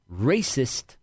racist